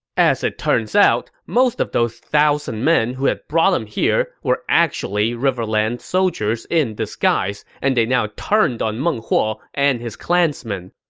as it turns out, most of those one thousand men who had brought him here were actually riverland soldiers in disguise, and they now turned on meng huo and his clansmen.